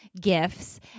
gifts